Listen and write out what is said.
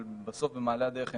אבל בסוף, במעלה הדרך,